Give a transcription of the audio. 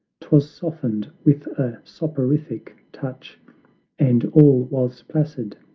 twas softened with a soporific touch and all was placid,